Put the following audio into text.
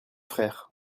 frères